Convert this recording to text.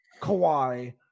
Kawhi